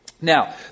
Now